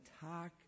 talk